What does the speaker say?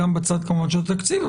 גם בצד של התקציב,